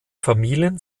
familien